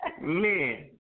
Man